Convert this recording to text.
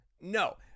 no